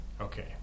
Okay